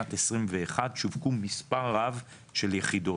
בשנת 2021 שווקו מספר רב של יחידות,